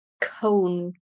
cone